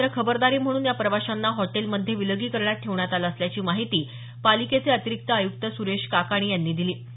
मात्र खबरदारी म्हणून या प्रवाशांना हॉटेलमध्ये विलगीकरणात ठेवण्यात आलं असल्याची माहिती पालिकेचे अतिरिक्त आयुक्त सुरेश काकाणी यांनी दिली